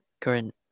current